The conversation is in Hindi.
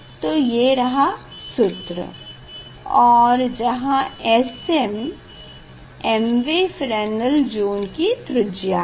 तो ये रहा ये सूत्र देखे समय 4946 और जहाँ sm mवे फ्रेनेल ज़ोन की त्रिज्या है